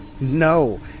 No